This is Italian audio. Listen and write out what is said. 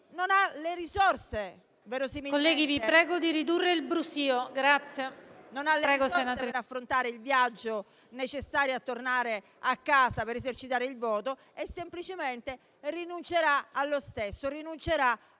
...non ha le risorse per affrontare il viaggio necessario a tornare a casa per esercitare il voto e semplicemente rinuncerà all'esercizio